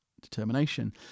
determination